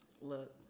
Look